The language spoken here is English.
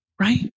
right